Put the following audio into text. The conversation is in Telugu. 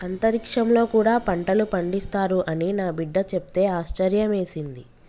అంతరిక్షంలో కూడా పంటలు పండిస్తారు అని నా బిడ్డ చెప్తే ఆశ్యర్యమేసింది